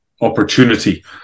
opportunity